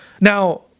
Now